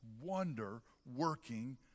wonder-working